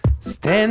Stand